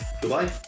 Goodbye